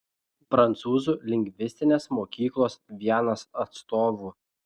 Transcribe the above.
prancūzų lingvistinės mokyklos vienas atstovų